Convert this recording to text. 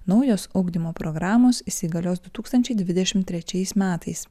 naujos ugdymo programos įsigalios du tūkstančiai dvidešimt trečiais metais